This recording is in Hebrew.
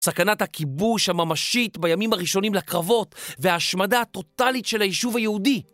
סכנת הכיבוש הממשית, בימים הראשונים לקרבות, וההשמדה הטוטלית של היישוב היהודי.